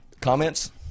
Comments